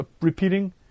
repeating